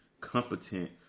competent